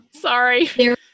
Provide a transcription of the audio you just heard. Sorry